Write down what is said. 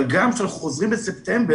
אבל גם כשאנחנו חוזרים בספטמבר,